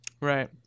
Right